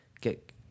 get